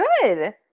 good